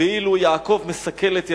ואילו יעקב משכל את ידיו.